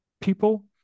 people